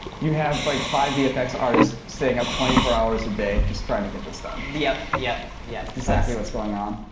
you have like five vfx artists staying up twenty four hours a day just trying to get this done. yep. yep. yep. that's exactly what's going on.